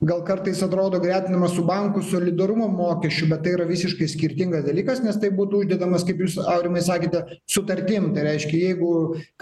gal kartais atrodo gretinamas su bankų solidarumo mokesčiu bet tai yra visiškai skirtingas dalykas nes tai būtų uždedamas kaip jūs aurimai sakėte sutartim tai reiškia jeigu